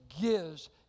gives